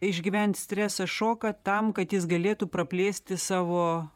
išgyvent stresą šoką tam kad jis galėtų praplėsti savo